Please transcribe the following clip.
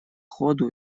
ходу